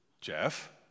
Jeff